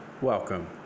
welcome